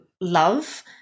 love